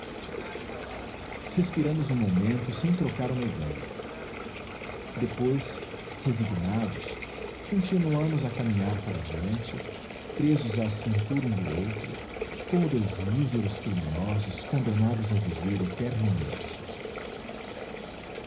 respiramos um momento sem trocar uma idéia depois resignados continuamos a caminhar para diante presos à cintura um do outro como dois míseros criminosos condenados a viver eternamente